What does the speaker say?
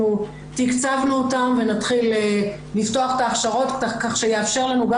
תקצבנו אותם ונתחיל לפתוח את ההכשרות כך שיאפשר לנו גם